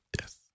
Yes